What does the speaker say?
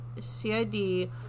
CID